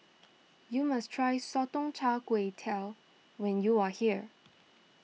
you must try Sotong Char Kway Tell when you are here